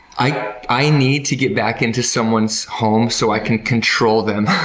i i need to get back into someone's home so i can control them.